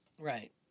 Right